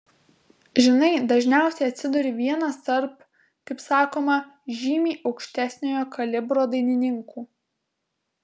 žinai dažniausiai atsiduri vienas tarp kaip sakoma žymiai aukštesnio kalibro dainininkų